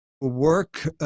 work